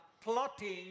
plotting